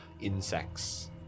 insects